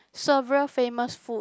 several famous food